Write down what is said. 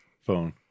phone